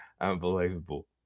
Unbelievable